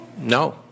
No